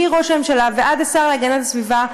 מראש הממשלה ועד השר להגנת הסביבה,